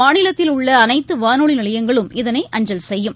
மாநிலத்தில் உள்ளஅனைத்துவானொலிநிலையங்களும் இதனை அஞ்சல் செய்யும்